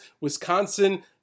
Wisconsin